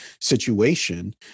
situation